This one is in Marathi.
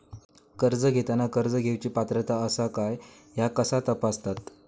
कर्ज घेताना कर्ज घेवची पात्रता आसा काय ह्या कसा तपासतात?